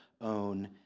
own